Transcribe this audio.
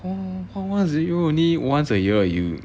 one one one zero only once a year you